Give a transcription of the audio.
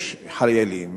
יש חיילים